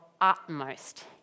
utmost